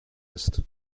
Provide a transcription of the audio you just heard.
ist